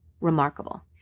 remarkable